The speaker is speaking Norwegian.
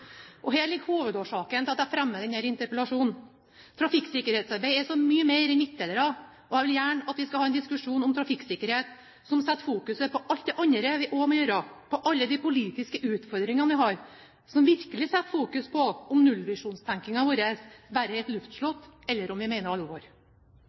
forklare. Her ligger hovedårsaken til at jeg fremmer denne interpellasjonen: Trafikksikkerhetsarbeid er så mye mer enn midtdelere, og jeg vil gjerne at vi skal ha en diskusjon om trafikksikkerhet som setter fokuset på alt det andre vi også må gjøre – på alle de politiske utfordringene vi har, som virkelig setter fokuset på om nullvisjonstenkningen vår bare er et